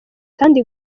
kandi